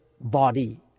body